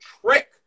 trick